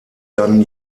dann